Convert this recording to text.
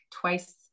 twice